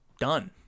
done